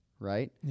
Right